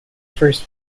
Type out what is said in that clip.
first